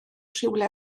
rhywle